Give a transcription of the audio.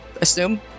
assume